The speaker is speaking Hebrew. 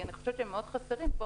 כי אני חושבת שהם מאוד חסרים פה